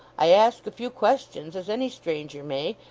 i ask a few questions as any stranger may,